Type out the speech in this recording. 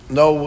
no